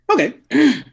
Okay